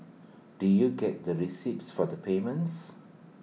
do you get the receipts for the payments